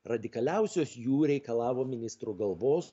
radikaliausios jų reikalavo ministro galvos